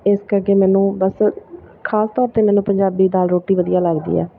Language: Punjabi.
ਇਸ ਕਰਕੇ ਮੈਨੂੰ ਬਸ ਖਾਸ ਤੌਰ 'ਤੇ ਮੈਨੂੰ ਪੰਜਾਬੀ ਦਾਲ ਰੋਟੀ ਵਧੀਆ ਲੱਗਦੀ ਹੈ